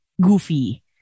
goofy